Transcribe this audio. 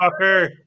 fucker